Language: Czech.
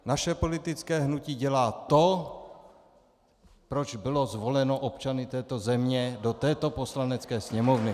Naše politické hnutí dělá to, proč bylo zvoleno občany této země do této Poslanecké sněmovny.